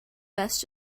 best